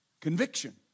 Conviction